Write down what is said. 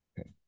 okay